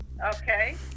Okay